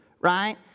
right